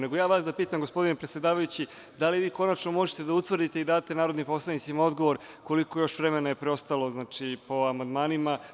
Nego, da vas pitam, gospodine predsedavajući, da li vi konačno možete da utvrdite i date narodnim poslanicima odgovor koliko je još vremena preostalo po amandmanima?